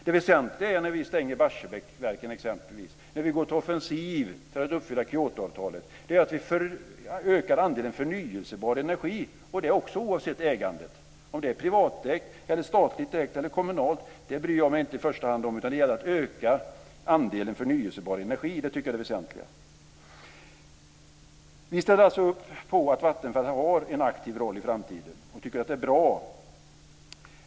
Det väsentliga när vi exempelvis stänger Barsebäcksverken och när vi går till offensiv för att uppfylla Kyotoavtalet är ju att vi ökar andelen förnyelsebar energi. Och det är det oavsett ägandet. Jag bryr mig inte i första hand om ifall det är privatägt, statligt ägt eller kommunalt ägt, utan det gäller att öka andelen förnyelsebar energi. Det tycker jag är det väsentliga. Vi ställer alltså upp på att Vattenfall har en aktiv roll i framtiden och tycker att det är bra.